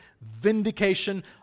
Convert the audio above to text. vindication